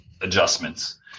adjustments